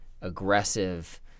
aggressive